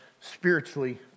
spiritually